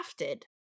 crafted